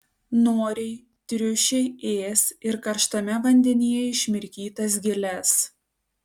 noriai triušiai ės ir karštame vandenyje išmirkytas giles